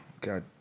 God